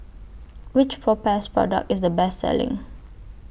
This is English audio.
Which Propass Product IS The Best Selling